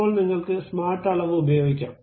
ഇപ്പോൾ നിങ്ങൾക്ക് സ്മാർട്ട് അളവ് ഉപയോഗിയ്ക്കാം